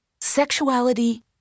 Sexuality